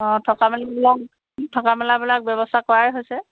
অঁ থকা মেলাবিলাক থকা মেলাবিলাক ব্যৱস্থা কৰাই হৈছে